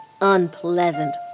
unpleasant